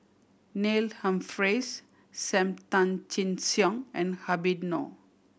Neil Humphreys Sam Tan Chin Siong and Habib Noh